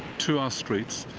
to our streets,